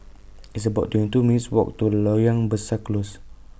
It's about twenty two minutes' Walk to Loyang Besar Close